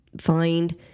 find